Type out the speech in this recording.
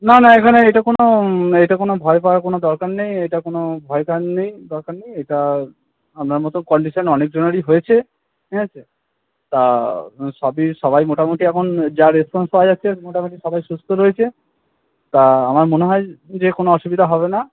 না না এখানে এটা কোনো এইটা কোনো ভয় পাওয়ার কোনো দরকার নেই এইটা কোনো ভয় পাওয়ার নেই দরকার নেই এটা আপনার মতো কন্ডিশন অনেকজনেরই হয়েছে ঠিক আছে তা সবই সবাই মোটামোটি এখন যা রেসপন্স পাওয়া যাচ্ছে মোটামুটি সবাই সুস্থ রয়েছে তা আমার মনে হয় যে কোনো অসুবিধা হবে না